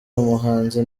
umuhanzi